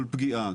כל פגיעה,